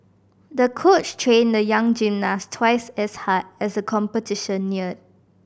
the coach trained the young gymnast twice as hard as the competition neared